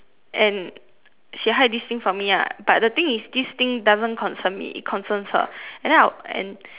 and she hide this thing from me lah but the thing is this thing doesn't concern me it concerns her and then I and